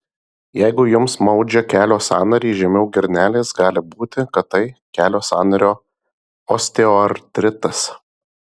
jeigu jums maudžia kelio sąnarį žemiau girnelės gali būti kad tai kelio sąnario osteoartritas